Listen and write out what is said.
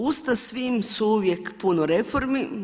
Usta svim su uvijek puna reformi.